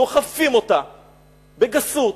דוחפים אותה בגסות,